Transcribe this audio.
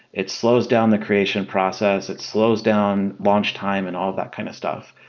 it slows down the creation process. it slows down launch time and all that kind of stuff.